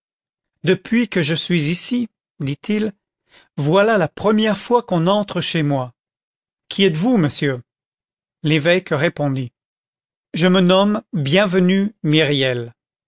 depuis que je suis ici dit-il voilà la première fois qu'on entre chez moi qui êtes-vous monsieur l'évêque répondit je me nomme bienvenu myriel